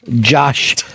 Josh